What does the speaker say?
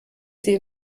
sie